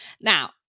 now